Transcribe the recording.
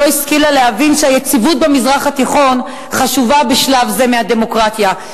לא השכילה להבין שהיציבות במזרח התיכון חשובה בשלב זה מהדמוקרטיה,